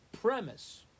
premise